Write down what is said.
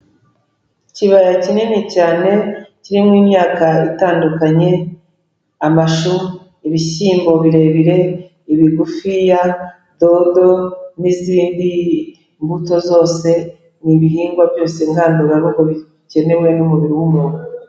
Ikibaya kinini cyane kirimo imyaka itandukanye amashu, ibishyimbo birebire, ibigufiya, dodo n'izindi mbuto zose. Ni ibihingwa byose ngandurarugo bikenewe n'umubiri w'umuntu.